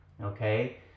Okay